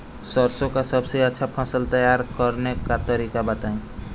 सरसों का सबसे अच्छा फसल तैयार करने का तरीका बताई